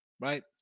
Right